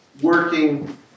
working